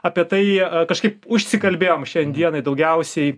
apie tai kažkaip užsikalbėjom šiandienai daugiausiai